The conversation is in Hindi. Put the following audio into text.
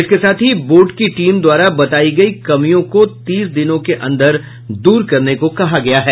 इसके साथ ही बोर्ड की टीम द्वारा बतायी गयी कमियों को तीस दिनों के अंदर दूर करने को कहा गया है